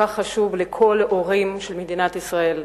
חשוב כל כך לכל ההורים במדינת ישראל.